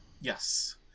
Yes